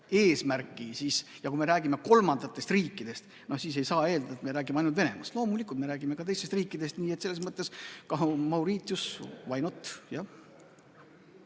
eesmärgi ja kui me räägime kolmandatest riikidest, siis ei saa eeldada, et me räägime ainult Venemaast. Loomulikult me räägime ka teistest riikidest, nii et selles mõttes ka Mauritius –why not?